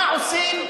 מה עושים?